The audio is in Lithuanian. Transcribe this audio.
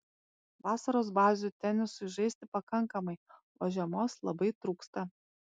vasaros bazių tenisui žaisti pakankamai o žiemos labai trūksta